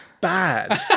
bad